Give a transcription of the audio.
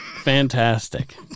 Fantastic